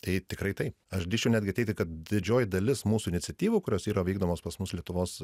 tai tikrai taip aš drįsčiau netgi teigti kad didžioji dalis mūsų iniciatyvų kurios yra vykdomos pas mus lietuvos